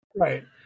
right